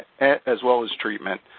as well as treatment,